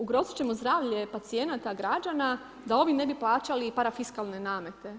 Ugroziti ćemo zdravlje pacijenata građana da ovi ne bi plaćali parafiskalne namete.